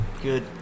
good